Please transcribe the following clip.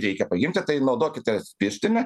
reikia paimti tai naudokitės pirštinę